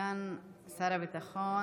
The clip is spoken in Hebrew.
סגן שר הביטחון